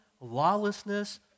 lawlessness